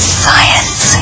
science